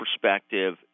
perspective